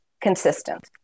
consistent